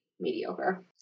mediocre